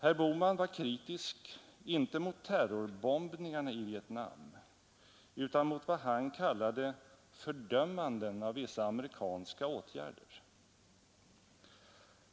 Herr Bohman var kritisk inte mot terrorbombningarna i Vietnam, utan mot vad han kallade ”fördömanden av vissa amerikanska åtgärder”.